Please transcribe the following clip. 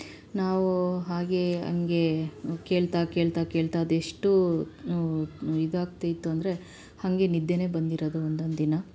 ನಾವು ಹಾಗೇ ಹಾಗೇ ಕೇಳ್ತಾ ಕೇಳ್ತಾ ಕೇಳ್ತಾ ಅದೆಷ್ಟು ಇದಾಗ್ತಾ ಇತ್ತು ಅಂದರೆ ಹಾಗೆ ನಿದ್ದೆನೇ ಬಂದಿರೋದು ಒಂದೊಂದು ದಿನ